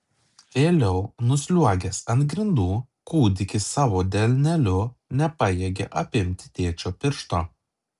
vėliau nusliuogęs ant grindų kūdikis savo delneliu nepajėgė apimti tėčio piršto